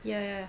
ya ya ya